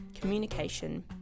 communication